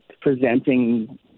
presenting